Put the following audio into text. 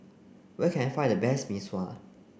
where can I find the best Mee Sua